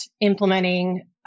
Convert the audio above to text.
implementing